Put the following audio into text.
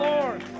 Lord